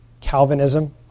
Calvinism